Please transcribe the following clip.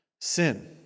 sin